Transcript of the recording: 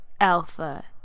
alpha